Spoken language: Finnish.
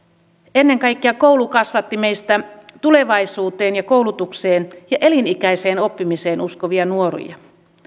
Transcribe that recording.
ennen kaikkea koulu kasvatti meistä tulevaisuuteen ja koulutukseen ja elinikäiseen oppimiseen uskovia nuoria